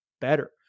better